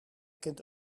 kent